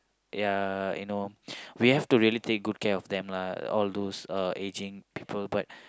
ya you know we have to really take good care of them lah all those ageing people but